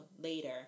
later